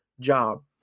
job